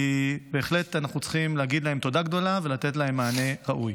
כי בהחלט אנחנו צריכים להגיד להם תודה גדולה ולתת להם מענה ראוי.